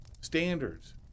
standards